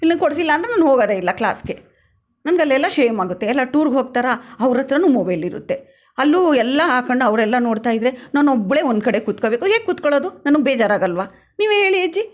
ನೀವು ಕೊಡಿಸಿಲ್ಲ ಅಂದ್ರೆ ನಾನು ಹೋಗೋದೆ ಇಲ್ಲ ಕ್ಲಾಸ್ಗೆ ನನಗಲ್ಲೆಲ್ಲ ಶೇಮಾಗುತ್ತೆ ಎಲ್ಲರೂ ಟೂರ್ಗೆ ಹೋಗ್ತಾರಾ ಅವ್ರ ಹತ್ರನೂ ಮೊಬೈಲಿರುತ್ತೆ ಅಲ್ಲೂ ಎಲ್ಲ ಹಾಕೊಂಡು ಅವರೆಲ್ಲ ನೋಡ್ತಾಯಿದ್ದರೆ ನಾನೊಬ್ಬಳೆ ಒಂದು ಕಡೆ ಕೂತ್ಕೊಳ್ಬೇಕು ಹೇಗೆ ಕೂತ್ಕೊಳ್ಳೋದು ನನಗೆ ಬೇಜಾರಾಗಲ್ವ ನೀವೇ ಹೇಳಿ ಅಜ್ಜಿ